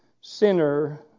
sinner